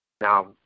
Now